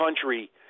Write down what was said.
country